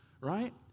right